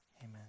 Amen